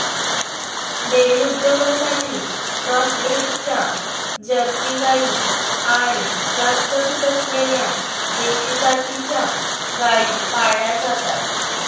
dairy उद्योगासाठी cross ब्रीडच्या Jersey गाई आणि जास्त दूध असलेल्या देशी जातीच्या गायी पाळल्या जातात